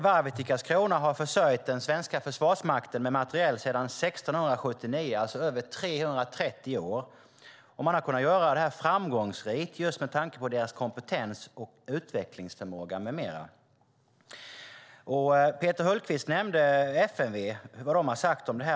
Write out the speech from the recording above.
Varvet i Karlskrona har försörjt den svenska försvarsmakten med materiel sedan 1679, alltså i över 330 år. Man har gjort det framgångsrikt tack vare sin kompetens, utvecklingsförmåga med mera. Peter Hultqvist nämnde vad FMV har sagt om detta.